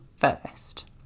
first